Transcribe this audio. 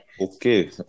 okay